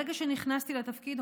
ברגע שנכנסתי לתפקיד,